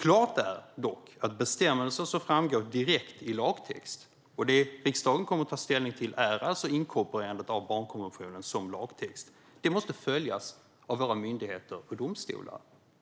Klart är dock att bestämmelser som framgår direkt i lagtext - och det riksdagen kommer att ta ställning till är inkorporeringen av barnkonventionen som lagtext - måste följas av våra myndigheter och domstolar.